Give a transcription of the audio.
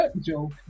joke